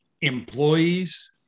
employees